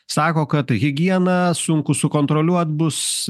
sako kad higieną sunku sukontroliuot bus